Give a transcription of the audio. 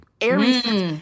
Aries